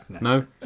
No